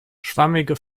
schwammige